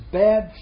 bad